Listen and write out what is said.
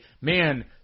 man